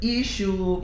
issue